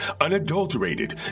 unadulterated